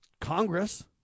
Congress